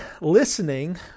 listening